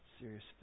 Serious